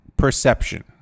perception